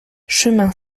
chemin